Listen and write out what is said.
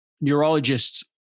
neurologists